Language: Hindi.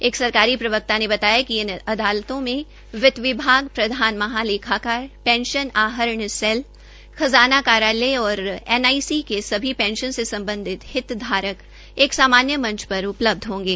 एक सरकारी प्रवक्ता ने बताया कि इन अदालतों में वित्त विभाग प्रधान महालेखाकर पेंशन आहरण सैल खजाना कार्यालय और एनआईसी के सभी पेंशन सम्बधित हितधारक एक सामान्य मंच पर उपलब्ध होंगे